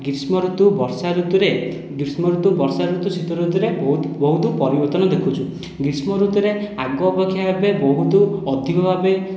ଗ୍ରୀଷ୍ମଋତୁ ବର୍ଷାଋତୁରେ ଗ୍ରୀଷ୍ମଋତୁ ବର୍ଷାଋତୁ ଶୀତଋତୁରେ ବହୁତ ବହୁତ ପରିବର୍ତ୍ତନ ଦେଖୁଛୁ ଗ୍ରୀଷ୍ମଋତୁରେ ଆଗ ଅପେକ୍ଷା ଏବେ ବହୁତ ଅଧିକ ଭାବେ